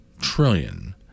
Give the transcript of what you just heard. trillion